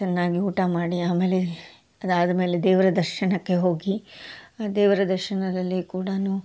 ಚೆನ್ನಾಗಿ ಊಟ ಮಾಡಿ ಆಮೇಲೆ ಅದಾದ್ಮೇಲೆ ದೇವರ ದರ್ಶನಕ್ಕೆ ಹೋಗಿ ದೇವರ ದರ್ಶನದಲ್ಲಿ ಕೂಡಾನು